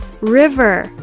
River